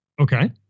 Okay